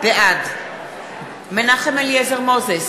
בעד מנחם אליעזר מוזס,